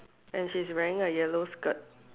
and she's wearing a yellow skirt